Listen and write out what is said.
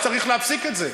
צריך להפסיק את זה,